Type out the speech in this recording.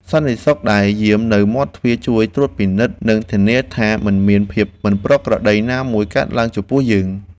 សន្តិសុខដែលយាមនៅមាត់ទ្វារជួយត្រួតពិនិត្យនិងធានាថាមិនមានភាពមិនប្រក្រតីណាមួយកើតឡើងចំពោះយើង។